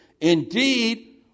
Indeed